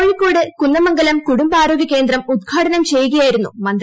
കോഴിക്കോട് കുന്ദമംഗലം കുടുംബാരോഗ്യകേന്ദ്രം ഉദ്ഘാടനം ചെയ്യുകയായിരുന്നു മന്ത്രി